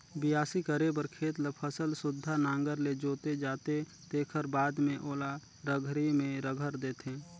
बियासी करे बर खेत ल फसल सुद्धा नांगर में जोते जाथे तेखर बाद में ओला रघरी में रघर देथे